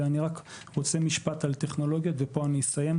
ואני רק רוצה משפט על טכנולוגיות, ופה אני אסיים.